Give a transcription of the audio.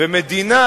כי המקור,